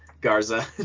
garza